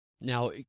Now